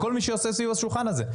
של כל מי שיושב סביב השולחן הזה.